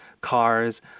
cars